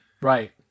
Right